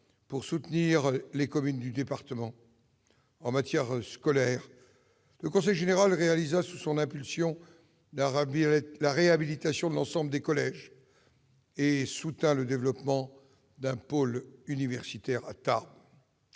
pour soutenir les communes du département. En matière scolaire, le Conseil général réalisa sous son impulsion la réhabilitation de l'ensemble des collèges et soutint le développement d'un pôle universitaire à Tarbes.